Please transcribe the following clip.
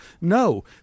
No